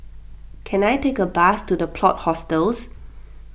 can I take a bus to the Plot Hostels